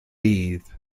bydd